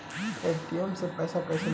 ATM से पैसा कैसे नीकली?